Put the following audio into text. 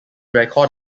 record